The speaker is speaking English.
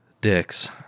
dicks